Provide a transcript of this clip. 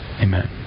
Amen